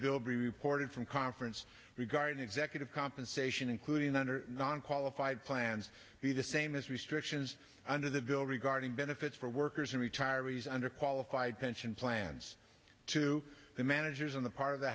reported from conference regarding executive compensation including under non qualified plans be the same as restrictions under the bill regarding benefits for workers and retirees under qualified pension plans to the managers on the part of the